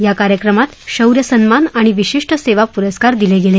या कार्यक्रमात शौर्य सन्मान आणि विशिष्ट सेवा पुरस्कार दिले गेले